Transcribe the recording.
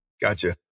Gotcha